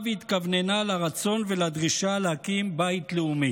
והתכווננה לרצון ולדרישה להקים בית לאומי.